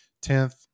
Tenth